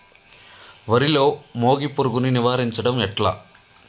వరిలో మోగి పురుగును నివారించడం ఎట్లా?